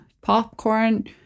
popcorn